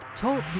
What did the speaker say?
Talk